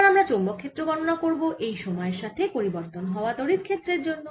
এবার আমরা চৌম্বক ক্ষেত্র গণনা করব এই সময়ের সাথে পরিবর্তন হওয়া তড়িৎ ক্ষেত্রের জন্য